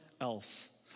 else